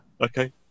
Okay